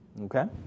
okay